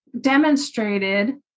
demonstrated